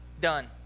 done